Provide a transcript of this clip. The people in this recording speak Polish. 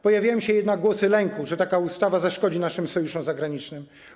Pojawiają się jednak głosy lęku, że taka ustawa zaszkodzi naszym sojuszom zagranicznym.